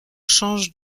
change